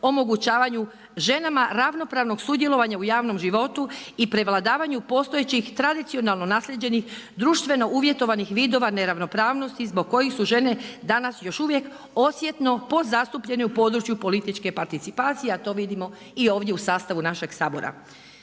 omogućavanju ženama ravnopravnog sudjelovanja u javnom životu i prevladavanju postojećih tradicionalno naslijeđenih društveno uvjetovanih vidova neravnopravnosti zbog kojih su žene danas još uvijek osjetno podzastupljene u području političke participacije, a to vidimo i ovdje u sastavu našeg Sabora.